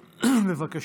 בבקשה.